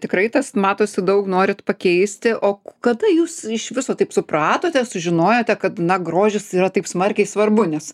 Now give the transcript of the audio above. tikrai tas matosi daug norit pakeisti o kada jūs iš viso taip supratote sužinojote kad na grožis yra taip smarkiai svarbu nes